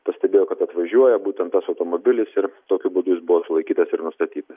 pastebėjo kad atvažiuoja būtent tas automobilis ir tokiu būdu jis buvo sulaikytas ir nustatytas